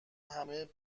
همه